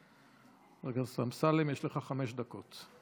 בבקשה, חבר הכנסת אמסלם, יש לך חמש דקות.